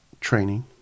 training